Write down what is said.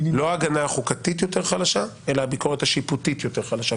לא ההגנה החוקתית יותר חלשה אלא הביקורת השיפוטית יותר חלשה.